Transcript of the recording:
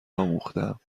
آموختهام